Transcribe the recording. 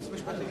הלשכה המשפטית.